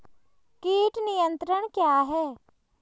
कीट नियंत्रण क्या है?